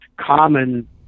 common